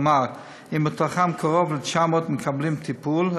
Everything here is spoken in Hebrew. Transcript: כלומר אם מתוכם קרוב ל-900 מקבלים טיפול,